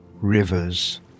rivers